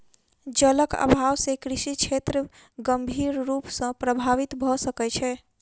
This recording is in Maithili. जलक अभाव से कृषि क्षेत्र गंभीर रूप सॅ प्रभावित भ सकै छै